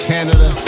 Canada